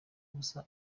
busa